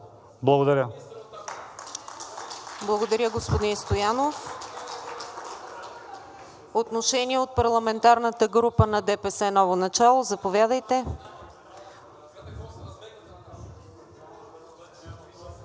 КУЗМАНОВА: Благодаря, господин Стоянов. Отношение от парламентарната група на „ДПС – Ново начало“, заповядайте.